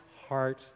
heart